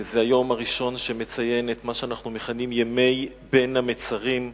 זה היום הראשון שמציין את מה שאנחנו מכנים ימי בין המצרים,